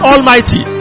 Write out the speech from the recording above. Almighty